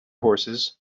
horses